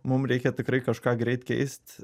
mums reikia tikrai kažką greit keist